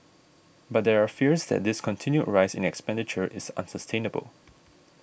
but there are fears that this continued rise in expenditure is unsustainable